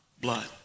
Blood